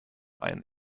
ein